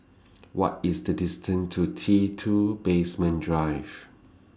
What IS The distance to T two Basement Drive